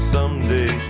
Someday